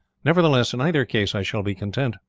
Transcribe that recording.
nevertheless in either case i shall be content,